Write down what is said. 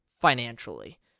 financially